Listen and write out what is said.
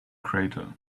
crater